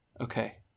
Okay